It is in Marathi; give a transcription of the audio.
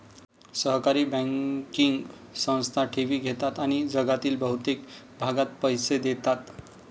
सहकारी बँकिंग संस्था ठेवी घेतात आणि जगातील बहुतेक भागात पैसे देतात